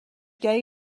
گری